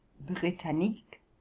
Britannique